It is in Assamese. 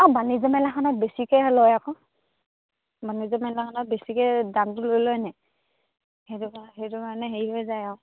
অঁ বাণিজ্য মেলাখনত বেছিকে লয় আকৌ বাণিজ্য মেলাখনত বেছিকে দামটো লৈ লয়নে সেইটো কাৰ সেইটো কাৰণে হেৰি হৈ যায় আৰু